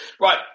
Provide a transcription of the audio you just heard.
right